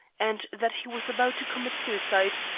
and that he was about to commit suicide,